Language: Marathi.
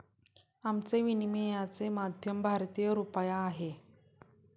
आमचे विनिमयाचे माध्यम भारतीय रुपया आहे